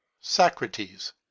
Socrates